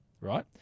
Right